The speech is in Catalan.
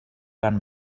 van